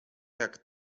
jak